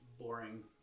boring